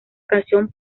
canción